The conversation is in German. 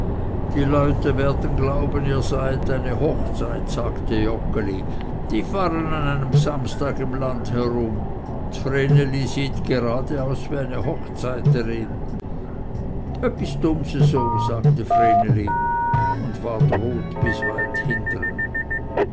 die leute werden glauben ihr seiet ein hochzeit sagte joggeli die fahren an einem samstag im lande herum ds vreneli sieht gerade aus wie eine hochzeiterin öppis dumms eso sagte vreneli und ward rot bis weit